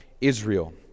Israel